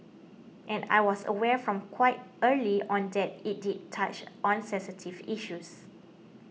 and I was aware from quite early on that it did touch on sensitive issues